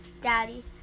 Daddy